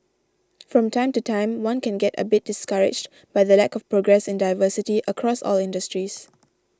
from time to time one can get a bit discouraged by the lack of progress in diversity across all industries